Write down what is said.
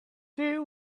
two